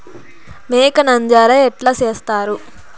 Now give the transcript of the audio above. మేక నంజర ఎట్లా సేస్తారు?